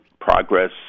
progress